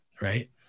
Right